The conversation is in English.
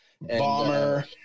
Bomber